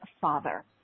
father